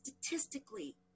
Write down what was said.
statistically